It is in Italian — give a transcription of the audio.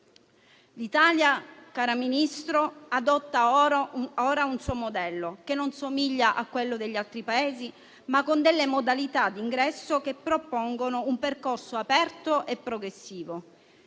L'Italia, signora Ministro, adotta ora un suo modello che non somiglia a quello degli altri Paesi, ma con delle modalità di ingresso che propongono un percorso aperto e progressivo.